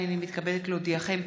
הינני מתכבדת להודיעכם,